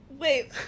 Wait